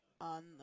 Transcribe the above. on